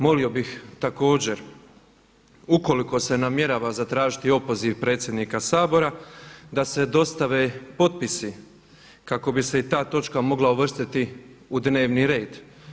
Molio bih također ukoliko se namjerava zatražiti opoziv predsjednika Sabora da se dostave potpisi kako bi se i ta točka mogla uvrstiti u dnevni red.